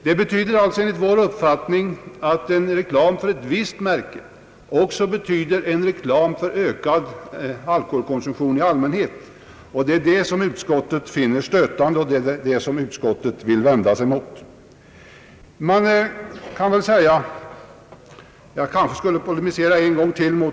Det betyder alltså att reklam för ett visst märke också är reklam för ökad alkoholkonsumtion i allmänhet. Detta finner utskottet stötande, och därför vänder sig utskottet mot det. Jag skall polemisera mot herr Jacobsson på ytterligare en punkt.